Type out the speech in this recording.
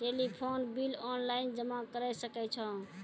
Telephone bill online जमा करै सकै छौ?